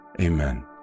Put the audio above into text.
Amen